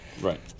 Right